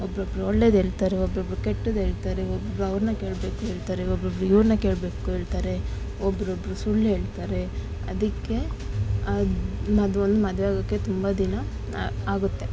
ಒಬ್ಬರೊಬ್ರು ಒಳ್ಳೆದು ಹೇಳ್ತಾರೆ ಒಬ್ಬರೊಬ್ರು ಕೆಟ್ಟದು ಹೇಳ್ತಾರೆ ಒಬ್ರು ಅವ್ರನ್ನ ಕೇಳಬೇಕು ಹೇಳ್ತಾರೆ ಒಬ್ಬರೊಬ್ರು ಇವ್ರನ್ನ ಕೇಳಬೇಕು ಹೇಳ್ತಾರೆ ಒಬ್ಬರೊಬ್ರು ಸುಳ್ಳು ಹೇಳ್ತಾರೆ ಅದಕ್ಕೆ ಅದೊಂದು ಮದುವೆ ಆಗೋಕ್ಕೆ ತುಂಬ ದಿನ ಆಗುತ್ತೆ